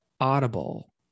audible